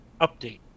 update